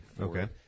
Okay